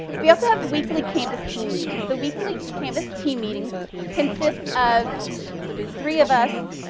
we also have weekly canvas team meetings. the weekly canvas team meetings consist of the three of us,